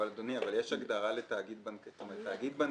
אדוני, יש הגדרה לתאגיד בנקאי.